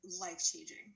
life-changing